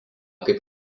kaip